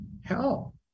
hell